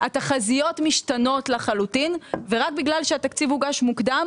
התחזיות משתנות לחלוטין ורק בגלל שהתקציב הוגש מוקדם